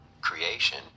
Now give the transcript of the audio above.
creation